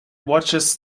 watches